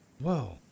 Whoa